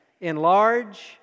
enlarge